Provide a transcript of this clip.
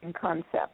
concept